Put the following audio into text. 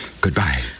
Goodbye